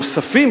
נוספים,